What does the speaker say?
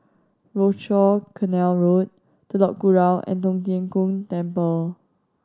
Rochor Canal Road Telok Kurau and Tong Tien Kung Temple